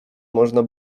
można